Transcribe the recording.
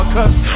Cause